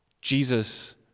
Jesus